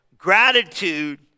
Gratitude